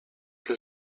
que